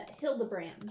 Hildebrand